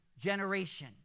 generation